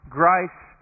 grace